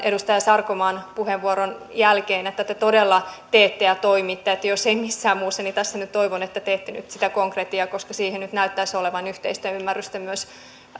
edustaja sarkomaan hyvän puheenvuoron jälkeen että te todella teette ja toimitte jos ei missään muussa niin toivon että tässä nyt teette sitä konkretiaa koska siihen nyt näyttäisi olevan yhteistä ymmärrystä myös